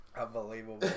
Unbelievable